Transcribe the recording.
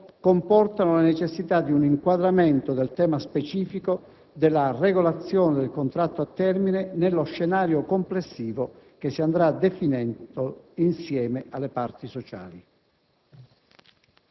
comportano la necessità di un inquadramento del tema specifico della regolazione del contratto a termine nello scenario complessivo che si andrà definendo insieme alle parti sociali.